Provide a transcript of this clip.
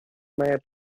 minor